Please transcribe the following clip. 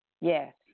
Yes